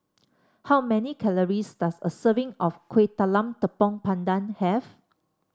how many calories does a serving of Kueh Talam Tepong Pandan have